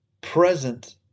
present